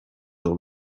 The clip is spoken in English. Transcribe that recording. all